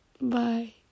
Bye